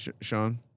Sean